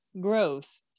growth